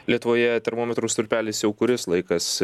lietuvoje termometrų stulpelis jau kuris laikas